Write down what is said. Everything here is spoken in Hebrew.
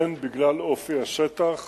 הן בגלל אופי השטח